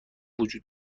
وجود